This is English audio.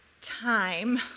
time